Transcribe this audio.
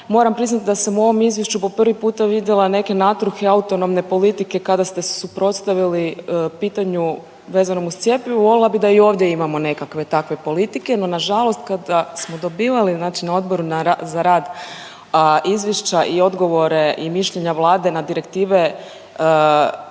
Moram priznati da sam u ovom izvješću po prvi puta vidjela neke natruhe autonomne politike kada ste se suprotstavili pitanju vezanom uz cjepivo. Voljela bih da i ovdje imamo nekakve takve politike, no na žalost kada smo dobivali znači na Odboru za rad izvješća i odgovore i mišljenja Vlade na direktive, europske